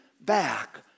back